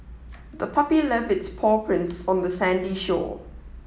the puppy left its paw prints on the sandy shore